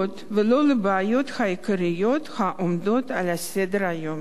ולא לבעיות העיקריות העומדות על סדר-היום.